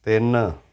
ਤਿੰਨ